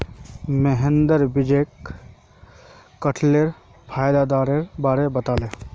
महेंद्र विजयक कठहलेर फायदार बार बताले